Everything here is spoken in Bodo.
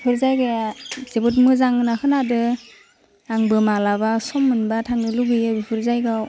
बे जायगाया जोबोद मोजां होन्ना खोनादों आंबो मालाबा सम मोनबा थांनो लुबैयो बेफोर जायगायाव